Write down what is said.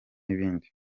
ibindi